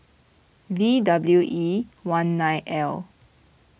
V W E one nine L